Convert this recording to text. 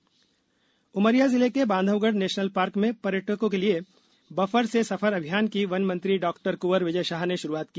Bandhavgarh tiger Umaria जिले के Bandhavgarh national park में पर्यटकों के लिये बफर से सफर अभियान की वन मंत्री डा कुंवर विजय शाह ने शुरुआत की